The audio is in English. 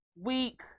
week